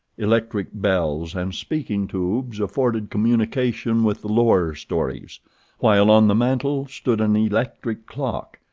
electric bells and speaking-tubes afforded communication with the lower stories while on the mantel stood an electric clock,